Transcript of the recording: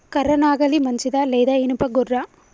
కర్ర నాగలి మంచిదా లేదా? ఇనుప గొర్ర?